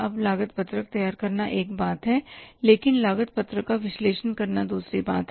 अब लागत पत्रक तैयार करना एक बात है लेकिन लागत पत्रक का विश्लेषण करना दूसरी बात है